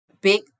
big